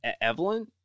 Evelyn